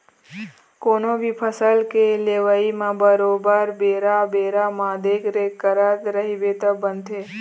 कोनो भी फसल के लेवई म बरोबर बेरा बेरा म देखरेख करत रहिबे तब बनथे